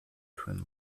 between